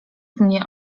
mnie